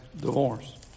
divorce